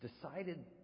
decided